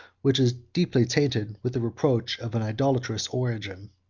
which is deeply tainted with the reproach of an idolatrous origin.